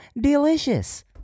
delicious